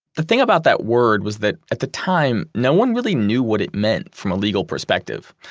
the thing about that word was that at the time, no one really knew what it meant from a legal perspective,